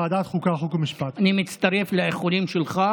והעצורים,